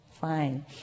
fine